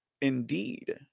Indeed